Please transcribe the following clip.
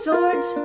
Swords